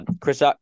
Chris